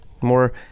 more